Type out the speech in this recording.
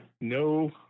no